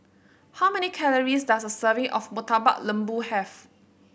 how many calories does a serving of Murtabak Lembu have